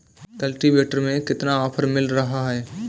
Cultivator में कितना offer मिल रहा है?